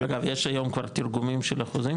אגב, יש היום כבר תרגומים של החוזים?